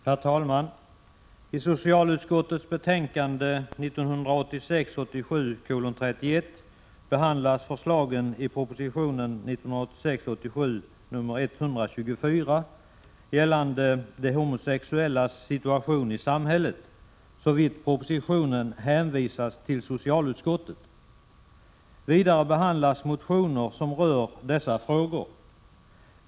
Herr talman! I socialutskottets betänkande 1986 87 nr 124 gällande de homosexuellas situation i samhället, såvitt propositionen hänvisats till socialutskottet. Vidare behandlas motioner som rör dessa frågor.